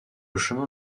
chemin